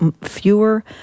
fewer